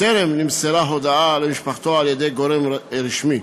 בטרם נמסרה הודעה למשפחתו על-ידי גורם רשמי.